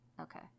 okay